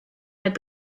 had